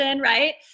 right